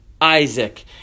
isaac